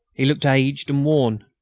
he looked aged and worn.